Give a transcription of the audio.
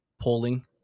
polling